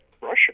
Russian